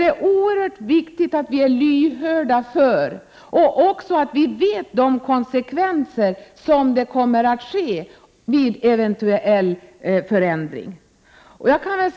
Det är oerhört viktigt att vi är lyhörda för vilka konsekvenser en förändring kan få.